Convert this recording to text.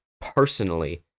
personally